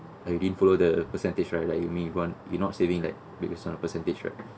like you didn't follow the percentage right like you mean you want you're not saving like based on percentage right